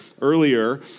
earlier